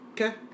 Okay